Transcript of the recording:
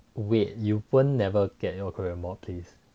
wait you wont never get your korean more please